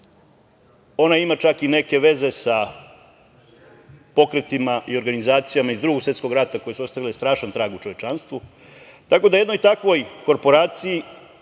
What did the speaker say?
Ona ima čak i neke veze sa pokretima i organizacijama iz Drugog svetskog rata, koje su ostavile strašan trag u čovečanstvu. Tako da, jednoj takvoj korporaciji